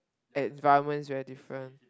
environment is very different